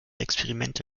experimente